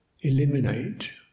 eliminate